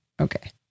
Okay